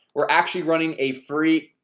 we're actually running a free